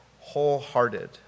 wholehearted